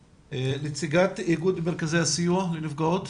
נציגת איגוד מרכזי הסיוע לנפגעות.